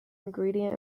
ingredient